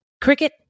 Cricket